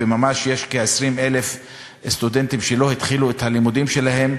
ויש כ-20,000 סטודנטים שלא התחילו את הלימודים שלהם.